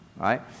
right